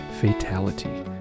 fatality